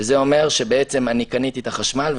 שזה אומר שבעצם קניתי את החשמל,